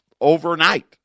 overnight